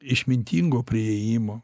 išmintingo priėjimo